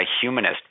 humanist